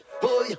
Boy